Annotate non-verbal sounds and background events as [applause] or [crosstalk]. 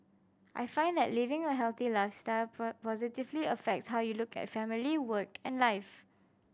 I find that living a healthy lifestyle [unintelligible] positively affects how you look at family work and life